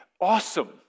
awesome